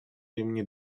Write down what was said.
имени